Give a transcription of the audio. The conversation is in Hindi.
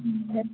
है